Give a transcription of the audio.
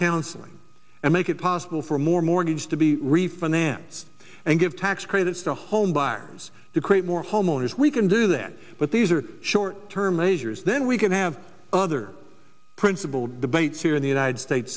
counseling and make it possible for more mortgage to be refinance and give tax credits to homebuyers to create more homeowners we can do that but these are short term measures then we can have other principal debates here in the united states